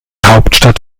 hauptstadt